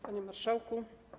Panie Marszałku!